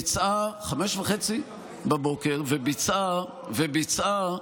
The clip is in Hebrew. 05:30, 05:30, וביצעה,